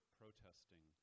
protesting